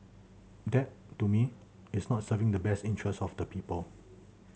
that to me is not serving the best interests of the people